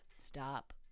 stop